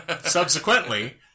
subsequently